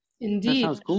Indeed